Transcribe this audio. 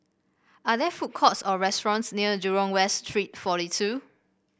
are there food courts or restaurants near Jurong West Street forty two